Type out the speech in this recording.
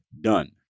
done